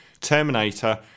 Terminator